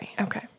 Okay